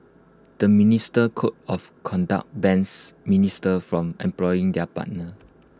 the ministerial code of conduct bans ministers from employing their partner